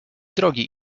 drogi